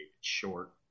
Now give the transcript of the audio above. short